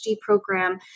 program